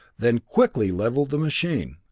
then quickly leveled the machine,